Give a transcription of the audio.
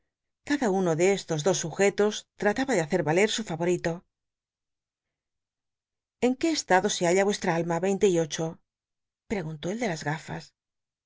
cada uno ele estos dos sugetos lmtaba de hacer yaler su fayorilo en qué estado se halla vuestta alma veinte y ocho preguntó el de las ga